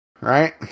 Right